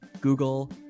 Google